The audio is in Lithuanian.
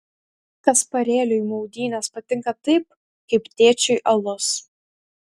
kasparėliui maudynės patinka taip kaip tėčiui alus